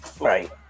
Right